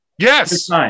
Yes